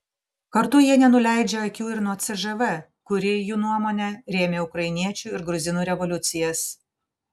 kartu jie nenuleidžia akių ir nuo cžv kuri jų nuomone rėmė ukrainiečių ir gruzinų revoliucijas